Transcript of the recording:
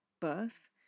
birth